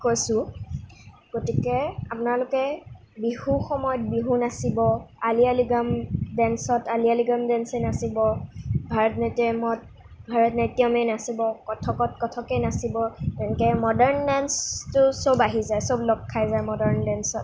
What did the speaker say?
কৈছো গতিকে আপোনালোকে বিহুৰ সময়ত বিহু নাচিব আলি আই লিগাং ডেন্সত আলি আই লিগাং ডেন্সেই নাচিব ভাৰতনাট্য়মত ভাৰতনাট্য়মেই নাচিব কথকত কথকেই নাচিব তেনেকৈ মডাৰ্ণ ডান্সটো চ'ব আহি যায় চ'ব লগ খাই যায় মডাৰ্ণ ডেন্সত